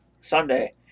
Sunday